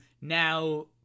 now